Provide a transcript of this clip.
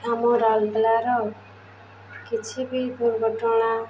ଆମ ରଉଲକେଲାର କିଛି ବି ଦୁର୍ଘଟଣା